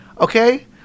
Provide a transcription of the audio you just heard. okay